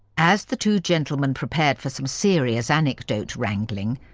as the two gentlemen prepared for some serious anecdote-wrangling,